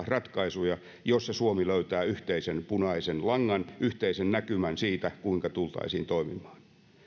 ratkaisuja joissa suomi löytää yhteisen punaisen langan yhteisen näkymän siitä kuinka tullaan toimimaan